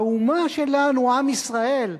האומה שלנו, עם ישראל,